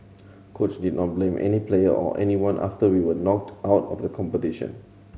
coach did not blame any player or anyone after we were knocked out of the competition